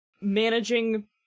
managing